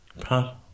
Pat